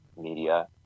media